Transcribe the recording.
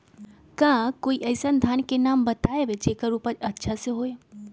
का कोई अइसन धान के नाम बताएब जेकर उपज अच्छा से होय?